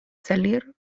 salir